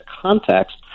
context